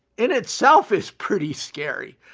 in itself is pretty scary.